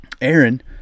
Aaron